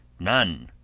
none!